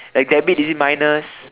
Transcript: like debit is it minus